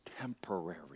temporary